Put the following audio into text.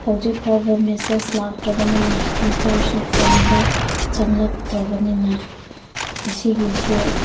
ꯍꯧꯖꯤꯛꯐꯥꯎꯕ ꯃꯦꯁꯦꯖ ꯂꯥꯛꯇ꯭ꯔꯕꯅꯤꯅ ꯔꯤꯆꯥꯔꯖꯁꯨ ꯐꯣꯟꯗ ꯆꯪꯂꯛꯇ꯭ꯔꯕꯅꯤꯅ ꯑꯁꯤꯒꯤꯁꯦ